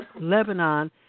Lebanon